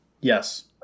Yes